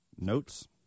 notes